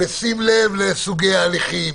בשים לב לסוגי ההליכים.